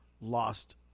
lost